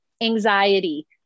anxiety